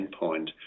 endpoint